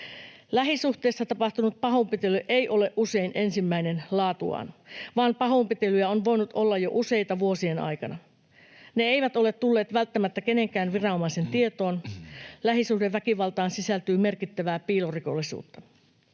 Lähisuhteessa tapahtunut pahoinpitely ei ole usein ensimmäinen laatuaan, vaan pahoinpitelyjä on voinut olla jo useita vuosien aikana. Ne eivät ole tulleet välttämättä kenenkään viranomaisen tietoon — lähisuhdeväkivaltaan sisältyy merkittävää piilorikollisuutta.